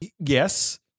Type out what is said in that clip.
Yes